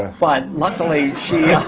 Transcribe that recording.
but luckily, she